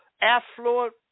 affluent